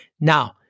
Now